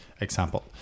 example